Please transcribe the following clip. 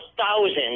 thousands